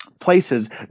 places